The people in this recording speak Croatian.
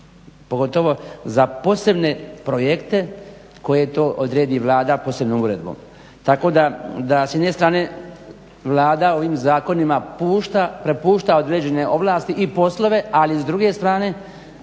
pogotovo za posebne projekte koje to odredi Vlada posebnom uredbom. Tako da s jedne strane Vlada ovim zakonima pušta određene ovlasti i poslove ali s druge strane